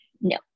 no